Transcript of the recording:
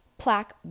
plaque